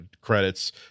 credits